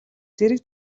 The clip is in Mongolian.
зэрэг